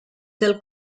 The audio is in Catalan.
del